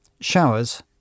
showers